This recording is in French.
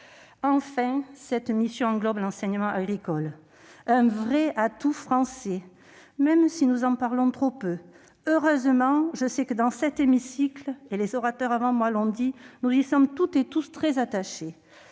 Enfin, cette mission englobe l'enseignement agricole, qui est un vrai atout français même si nous en parlons trop peu. Heureusement, je sais que dans cet hémicycle- les orateurs avant moi l'ont dit -nous y sommes toutes et tous très attachés.